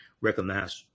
recognized